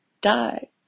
die